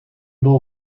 bol